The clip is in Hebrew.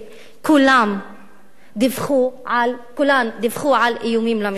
כולן דיווחו על איומים למשטרה.